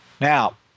Now